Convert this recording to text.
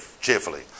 cheerfully